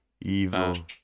Evil